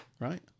right